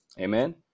Amen